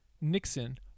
Nixon